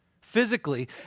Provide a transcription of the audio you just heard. physically